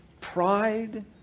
pride